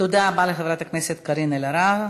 תודה רבה לחברת הכנסת קארין אלהרר.